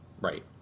Right